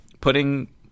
putting